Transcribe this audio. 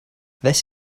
this